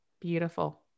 Beautiful